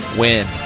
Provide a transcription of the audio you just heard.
win